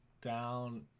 Down